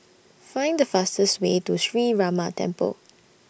Find The fastest Way to Sree Ramar Temple